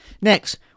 Next